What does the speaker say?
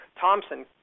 Thompson